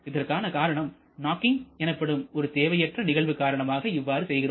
இதற்கான காரணம் நாக்கிங் எனப்படும் ஒரு தேவையற்ற நிகழ்வு காரணமாக இவ்வாறு செய்கிறோம்